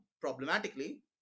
problematically